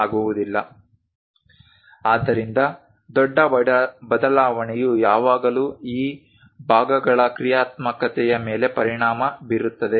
ಆದ್ದರಿಂದ ದೊಡ್ಡ ಬದಲಾವಣೆಯು ಯಾವಾಗಲೂ ಈ ಭಾಗಗಳ ಕ್ರಿಯಾತ್ಮಕತೆಯ ಮೇಲೆ ಪರಿಣಾಮ ಬೀರುತ್ತದೆ